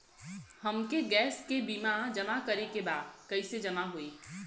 हमके गैस के बिल जमा करे के बा कैसे जमा होई?